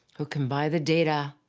who can buy the data,